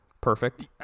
Perfect